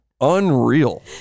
unreal